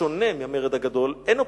בשונה מהמרד הגדול, אין אופוזיציה.